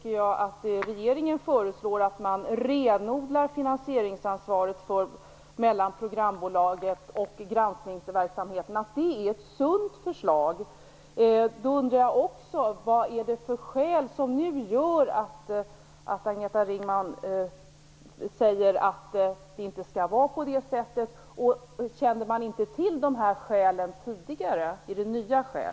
Regeringen föreslår att man renodlar finansieringsansvaret mellan programbolaget och granskningsverksamheten. Det tycker jag däremot är ett sunt förslag. Vad är det för skäl som gör att Agneta Ringman nu säger att det inte skall vara på det sättet? Kände man inte till dessa skäl tidigare? Är det nya skäl?